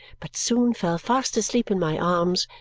but soon fell fast asleep in my arms,